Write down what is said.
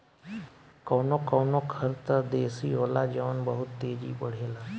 कवनो कवनो खर त देसी होला जवन बहुत तेजी बड़ेला